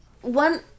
one